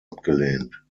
abgelehnt